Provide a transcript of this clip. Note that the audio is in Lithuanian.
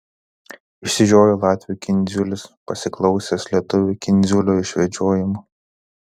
išsižioja latvių kindziulis pasiklausęs lietuvių kindziulio išvedžiojimų